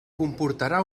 comportarà